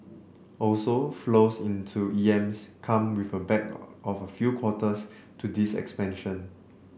also flows into E M S come with a lag of a few quarters to this expansion